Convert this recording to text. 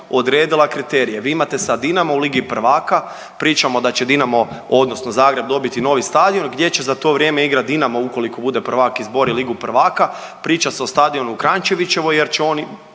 odredila kriterije. Vi imate sad Dinamo u Ligi prvaka. Pričamo da će Dinamo odnosno Zagreb dobiti novi stadion gdje će za to vrijeme igrati Dinamo ukoliko bude prvak, izbori Ligu prvaka. Priča se o stadionu u Kranjčevićevoj jer će on